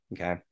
Okay